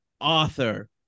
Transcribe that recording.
author